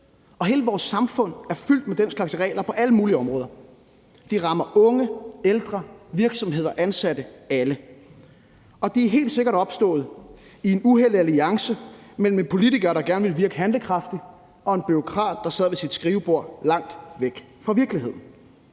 og hele vores samfund er fyldt med den slags regler på alle mulige områder. De rammer unge, ældre, virksomheder og ansatte, alle, og de er helt sikkert opstået i en uhellig alliance mellem en politiker, der gerne ville virke handlekraftig, og en bureaukrat, der sad ved sit skrivebord langt væk fra virkeligheden.